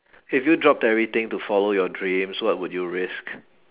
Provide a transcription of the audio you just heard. if you dropped everything to follow your dreams what would you risk